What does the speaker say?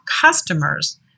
customers